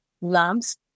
lumps